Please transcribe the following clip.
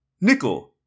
nickel